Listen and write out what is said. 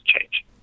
change